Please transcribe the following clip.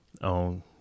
on